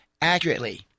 accurately